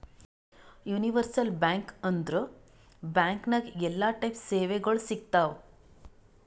universal bank ಅಂದುರ್ bank ನಾಗ್ ಎಲ್ಲಾ ಟೈಪ್ ಸೇವೆಗೊಳ್ ಸಿಗ್ತಾವ್